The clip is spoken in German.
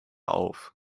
auf